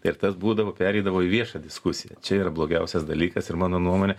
ir tas būdavo pereidavo į viešą diskusiją čia yra blogiausias dalykas ir mano nuomone